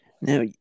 Now